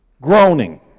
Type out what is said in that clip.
Groaning